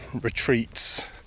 retreats